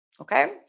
Okay